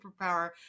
superpower